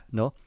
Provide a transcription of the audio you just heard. no